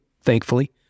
thankfully